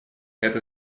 это